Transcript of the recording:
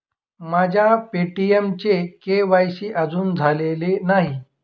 माझ्या पे.टी.एमचे के.वाय.सी अजून झालेले नाही